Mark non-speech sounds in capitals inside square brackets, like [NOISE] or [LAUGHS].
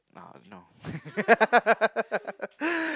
uh no [LAUGHS]